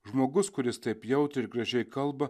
žmogus kuris taip jautriai ir gražiai kalba